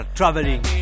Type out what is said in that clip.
traveling